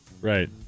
Right